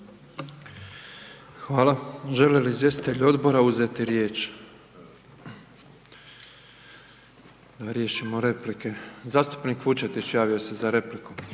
Hvala. Žele li izvjestitelji odbora uzeti riječ? Riješimo replike, zastupnik Vučetić, javio se za repliku.